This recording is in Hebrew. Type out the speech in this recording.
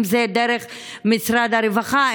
אם דרך משרד הרווחה,